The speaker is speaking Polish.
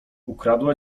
ukradła